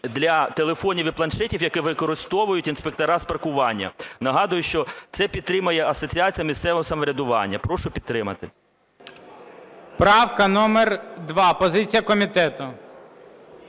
для телефонів і планшетів, які використовують інспектори з паркування. Нагадую, що це підтримує Асоціація місцевого самоврядування. Прошу підтримати. ГОЛОВУЮЧИЙ. Правка номер 2. Позиція комітету.